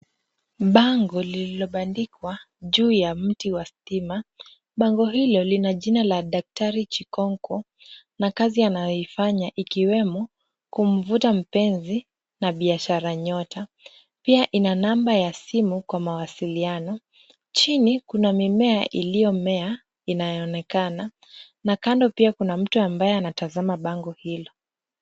Bango lililobandikwa juu ya mti wa stima. Bango hilo lina jina la Daktari Chikonko na kazi anayofanya ikiwemo kumvuta mpenzi na biashara nyota. Pia ina namba ya simu kwa mawasiliano. Chini kuna mimea iliyomea inayoonekana, na kando pia kuna mtu ambaye anatazama bango hilo.